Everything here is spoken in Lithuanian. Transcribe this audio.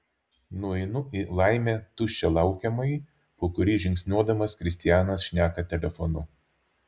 nueinu į laimė tuščią laukiamąjį po kurį žingsniuodamas kristianas šneka telefonu